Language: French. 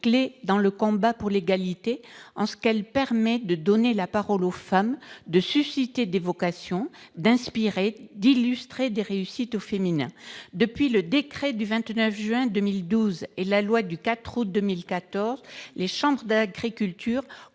clé dans le combat pour l'égalité, en ce qu'elle permet de donner la parole aux femmes, de susciter des vocations, d'inspirer, d'illustrer des réussites au féminin. Depuis l'entrée en vigueur du décret du 29 juin 2012 et de la loi du 4 août 2014, les chambres d'agriculture